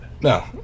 No